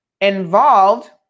involved